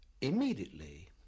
immediately